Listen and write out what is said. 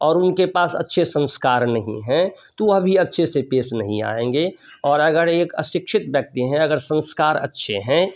और उनके पास अच्छे संस्कार नहीं हैं तो वह भी अच्छे से पेश नहीं आएंगे और अगर एक अशिक्षित व्यक्ति हैं अगर संस्कार अच्छे हैं